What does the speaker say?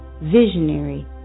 visionary